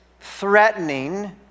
threatening